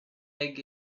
egg